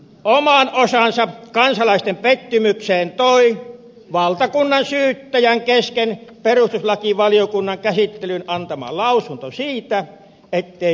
oman osansa kansalaisten pettymykseen toi valtakunnansyyttäjän kesken perustuslakivaliokunnan käsittelyn antama lausunto siitä ettei syytekynnys ylity